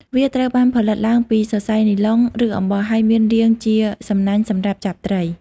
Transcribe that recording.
វាត្រូវបានផលិតឡើងពីសរសៃនីឡុង ឬអំបោះ ហើយមានរាងជាសំណាញ់សម្រាប់ចាប់ត្រី។